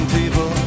people